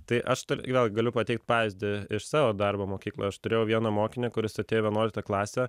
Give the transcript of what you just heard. tai aš vėl galiu pateikt pavyzdį iš savo darbo mokykloj aš turėjau vieną mokinį kuris atėjo į vienuoliktą klasę